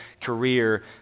career